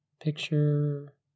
picture